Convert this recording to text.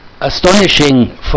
Astonishing